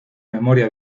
memoria